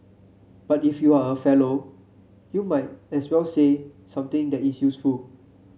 but if you are a Fellow you might as well say something that is useful